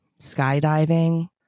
Skydiving